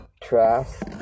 Trust